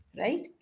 right